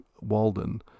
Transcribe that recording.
Walden